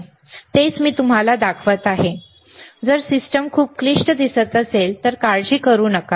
हे खूप सोपे आहे जर सिस्टम खूप क्लिष्ट दिसत असेल तर काळजी करू नका